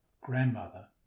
grandmother